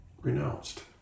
renounced